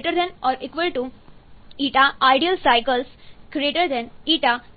ƞCarnot ƞtotally reversible ≥ ƞideal cycles